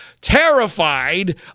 terrified